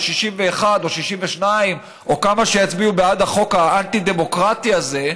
61 או 62 או כמה שיצביעו בעד החוק האנטי-דמוקרטי הזה,